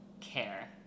care